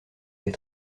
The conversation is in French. des